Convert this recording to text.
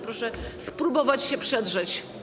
Proszę spróbować się przedrzeć.